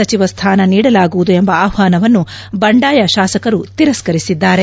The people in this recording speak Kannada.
ಸಚಿವ ಸ್ವಾನ ನೀಡಲಾಗುವುದು ಎಂಬ ಆಹ್ವಾನವನ್ನು ಬಂಡಾಯ ಶಾಸಕರು ತಿರಸ್ಕರಿಸಿದ್ದಾರೆ